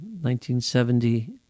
1970